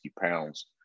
pounds